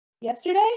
yesterday